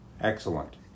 Excellent